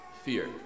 fear